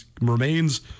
remains